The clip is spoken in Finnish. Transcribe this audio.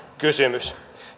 kysymys